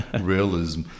realism